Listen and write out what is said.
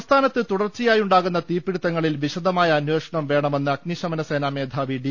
സംസ്ഥാനത്ത് തുടർച്ചയായുണ്ടാകുന്ന തീപിടുത്തങ്ങളിൽ വിശദമായ അന്വേഷണം വേണമെന്ന് അഗ്നിശമനസേനാ മേധാവി ഡി